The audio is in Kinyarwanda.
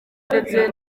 ndetse